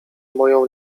moją